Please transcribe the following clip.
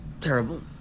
terrible